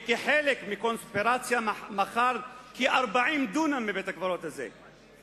ועד הנאמנים וכחלק מקונספירציה מכר כ-40 דונם מבית-הקברות הזה,